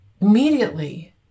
Immediately